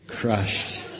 crushed